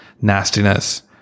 nastiness